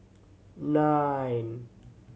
nine